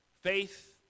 Faith